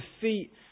defeat